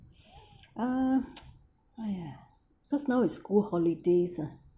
uh !aiya! so now is school holidays ah